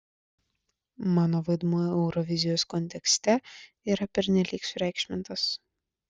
mano vaidmuo eurovizijos kontekste yra pernelyg sureikšmintas